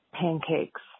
pancakes